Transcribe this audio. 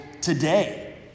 today